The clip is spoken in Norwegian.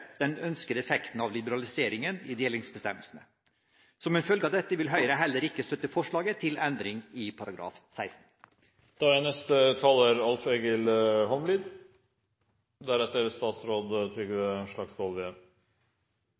den ønskede effekten av liberaliseringen i delingsbestemmelsen. Som en følge av dette vil Høyre heller ikke støtte forslaget til endring i § 16. I stortingsmeldinga om landbruks- og matpolitikken er